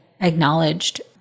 acknowledged